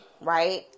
right